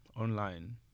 online